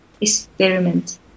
experiment